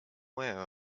aware